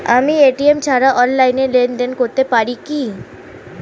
আমি এ.টি.এম ছাড়া অনলাইনে লেনদেন করতে পারি কি?